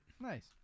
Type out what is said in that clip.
nice